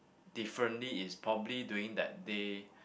differently is probably during that day